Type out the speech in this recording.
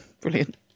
Brilliant